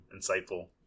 insightful